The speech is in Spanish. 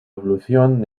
evolución